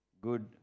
good